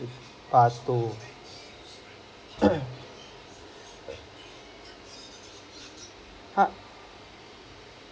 part two